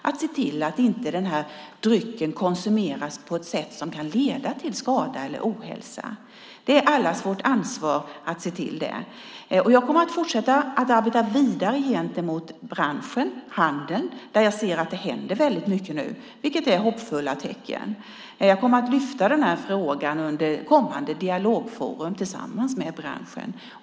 Vi ska se till att drycken inte konsumeras på ett sätt som kan leda till skada eller ohälsa. Det är allas vårt ansvar att se till detta. Jag kommer att fortsätta att arbeta vidare gentemot branschen och handeln. Jag ser att det händer mycket där nu, vilket är hoppfulla tecken. Jag kommer att lyfta upp frågan under kommande dialogforum tillsammans med branschen.